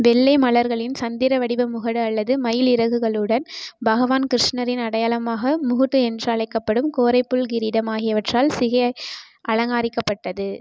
வெள்ளை மலர்களின் சந்திர வடிவ முகடு அல்லது மயில் இறகுகளுடன் பகவான் கிருஷ்ணரின் அடையாளமாக முகூட் என்று அழைக்கப்படும் கோரைப்புல் கிரீடம் ஆகியவற்றால் சிகை அலங்காரிக்கப்படுகிறது